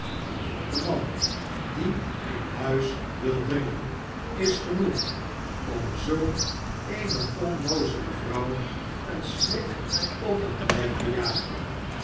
een dronken man die in huis wil dringen is genoeg om zulk eene onnoozele vrouw een schrik op het lijf te jagen